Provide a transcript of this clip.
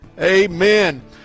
Amen